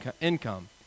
income